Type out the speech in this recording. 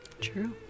True